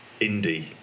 indie